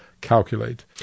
calculate